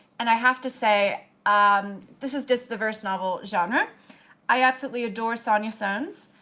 and i have to say um this is just the verse novel genre i absolutely adore sonya sones,